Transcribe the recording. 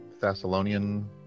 Thessalonian